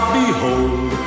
behold